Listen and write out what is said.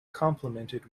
complimented